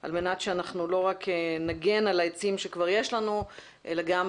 על מנת שלא רק נגן על העצים שכבר יש לנו אלא גם